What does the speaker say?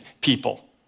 people